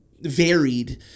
varied